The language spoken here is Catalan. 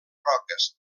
roques